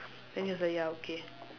then he was like ya okay